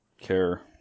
care